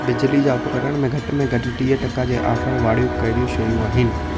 बिजली जा उपकरण में घटि में घटि टीह टका जे ऑफर वारियूं कहिड़ियूं शयूं आहिनि